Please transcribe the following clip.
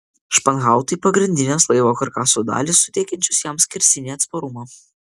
španhautai pagrindinės laivo karkaso dalys suteikiančios jam skersinį atsparumą